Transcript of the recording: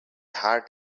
heart